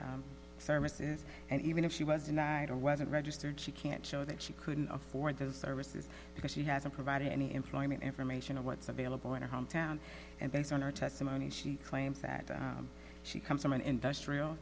to services and even if she was denied or wasn't registered she can't show that she couldn't afford those services because she hasn't provided any employment information of what's available in her hometown and based on her testimony she claims that she comes from an industrial